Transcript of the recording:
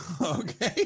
Okay